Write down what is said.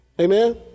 Amen